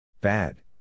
Bad